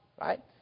right